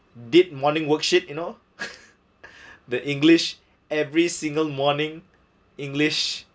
did morning worksheet you know the english every single morning english